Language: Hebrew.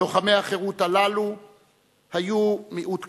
לוחמי החירות הללו היו מיעוט קטן.